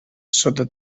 sota